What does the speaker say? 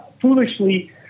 foolishly